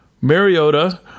Mariota